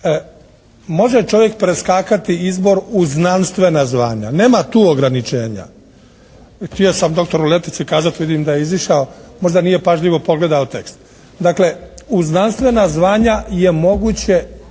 Može čovjek preskakati izbor u znanstvena zvanja, nema tu ograničenja. Htio sam doktoru Letici kazati, vidim da je izišao, možda nije pažljivo pogledao tekst. Dakle, u znanstvena zvanja je moguće